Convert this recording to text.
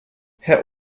herr